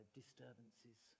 disturbances